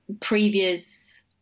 previous